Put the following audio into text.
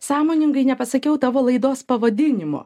sąmoningai nepasakiau tavo laidos pavadinimo